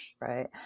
Right